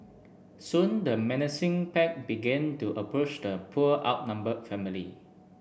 soon the menacing pack began to approached the poor outnumbered family